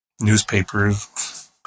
Newspapers